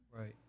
Right